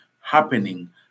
happening